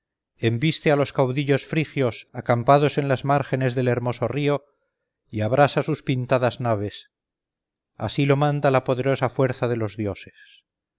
embiste a los caudillos frigios acampados en las márgenes del hermoso río y abrasa sus pintadas naves así lo manda la poderosa fuerza de los dioses